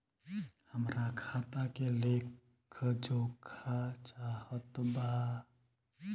हमरा खाता के लेख जोखा चाहत बा?